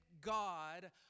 God